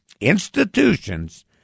institutions